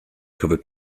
covered